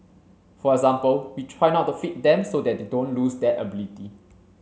for example we try not to feed them so that they don't lose that ability